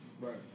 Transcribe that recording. Right